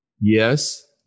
Yes